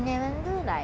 right